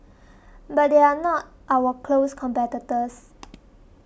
but they are not our close competitors